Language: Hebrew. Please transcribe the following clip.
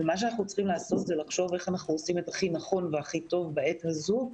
אנחנו צריכים לחשוב איך אנחנו עושים את הכי נכון והכי טוב בעת הזו,